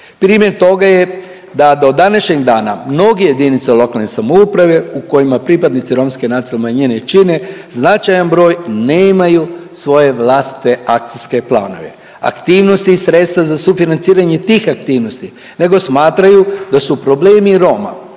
Primjer toga je da do današnjeg dana mnoge jedinice lokalne samouprave u kojima pripadnici romske nacionalne manjine čine značajan broj nemaju svoje vlastite akcijske planove. Aktivnosti i sredstva za sufinanciranje tih aktivnosti nego smatraju da su problemi Roma